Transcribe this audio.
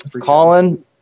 Colin